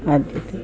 ಆದ್ಯತೆ